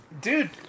Dude